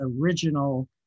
original